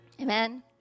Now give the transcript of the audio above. Amen